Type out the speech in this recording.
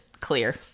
clear